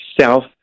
self